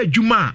Juma